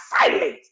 silent